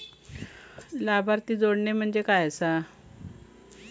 लाभार्थी जोडणे म्हणजे काय आसा?